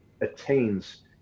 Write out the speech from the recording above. attains